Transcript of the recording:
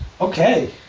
Okay